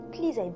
Please